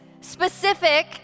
specific